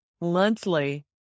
monthly